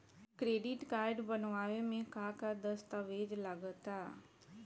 Credit card बनवावे म का का दस्तावेज लगा ता?